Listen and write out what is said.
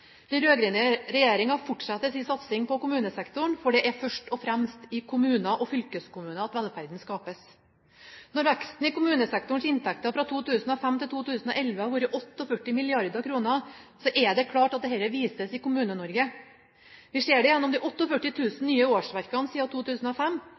Den rød-grønne regjeringen fortsetter sin satsing på kommunesektoren, for det er først og fremst i kommuner og fylkeskommuner at velferden skapes. Når veksten i kommunesektorens inntekter fra 2005 til 2011 har vært på 48 mrd. kr, er det klart at dette vises i Kommune-Norge. Vi ser det gjennom de